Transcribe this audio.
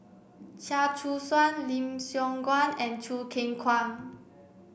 Chia Choo Suan Lim Siong Guan and Choo Keng Kwang